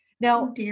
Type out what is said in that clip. Now